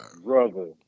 brother